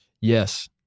Yes